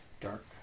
dark